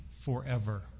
forever